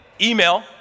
email